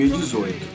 2018